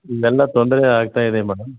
ಇವೆಲ್ಲ ತೊಂದರೆ ಆಗ್ತಾ ಇದೆ ಮೇಡಮ್